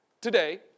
today